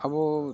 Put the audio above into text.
ᱟᱵᱚ